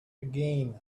again